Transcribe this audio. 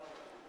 הוועדה,